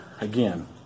again